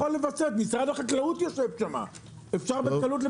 משרד החקלאות יושב שם, אפשר בקלות.